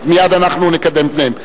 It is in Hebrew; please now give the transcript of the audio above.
מייד נקדם את פניהם.